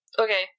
Okay